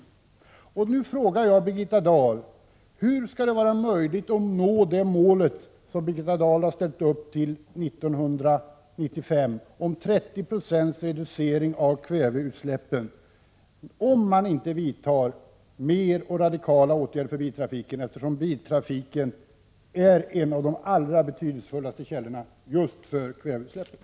Nu vill jag ställa en fråga till Birgitta Dahl: Hur skall det vara möjligt att nå det mål som Birgitta Dahl har ställt upp till år 1995 om 30 96 reducering av kväveutsläppen, om man inte vidtar fler och radikalare åtgärder i fråga om biltrafiken, eftersom biltrafiken är en av de allra mest betydelsefulla källorna då det gäller kväveutsläppen?